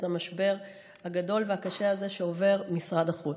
המשבר הגדול והקשה הזה שעובר משרד החוץ.